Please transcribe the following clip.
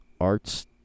Art's